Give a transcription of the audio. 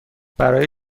برای